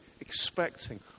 expecting